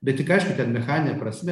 bet tik aišku ten mechanine prasme